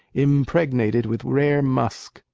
impregnated with rare musk,